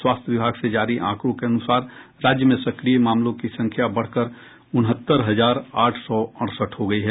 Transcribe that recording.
स्वास्थ्य विभाग से जारी आंकड़ों के अनुसार राज्य में सक्रिय मामलों की संख्या बढ़कर उनहत्तर हजार आठ सौ अड़सठ हो गई है